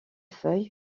feuilles